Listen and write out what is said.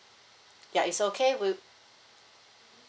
ya it's okay we